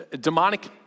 demonic